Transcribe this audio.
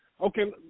Okay